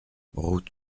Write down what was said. route